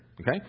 Okay